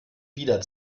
wieder